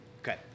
Okay